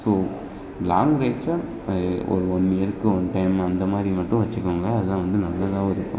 so long rides தான் நான் yearly ஒரு ஒன் இயர்க்கு ஒன் டைம் அந்த மாதிரி மட்டும் வைச்சுக்கோங்க அதுதான் வந்து நல்லதாகவும் இருக்கும்